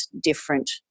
different